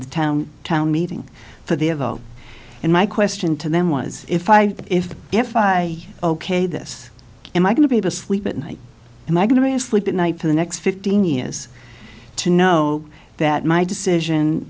the town town meeting for their vote and my question to them was if i if if i ok this am i going to be to sleep at night and i'm going to sleep at night for the next fifteen years to know that my decision